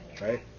right